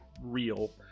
real